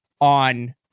on